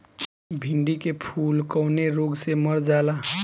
भिन्डी के फूल कौने रोग से मर जाला?